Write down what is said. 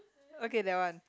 okay that one